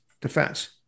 defense